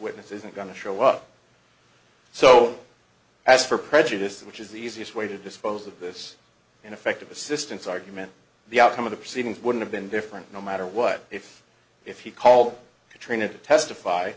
witness isn't going to show up so as for prejudice which is the easiest way to dispose of this ineffective assistance argument the outcome of the proceedings wouldn't have been different no matter what if if he called katrina to testify